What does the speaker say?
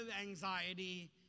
anxiety